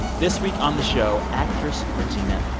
this week on the show actress regina